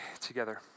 together